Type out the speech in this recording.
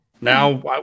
now